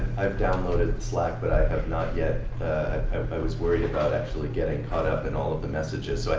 i've downloaded slack, but i have not yet i was worried about actually getting caught up in all the messages. so i